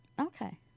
okay